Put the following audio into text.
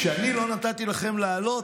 כשאני לא נתתי לכם לעלות,